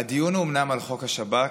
הדיון הוא אומנם על חוק השב"כ,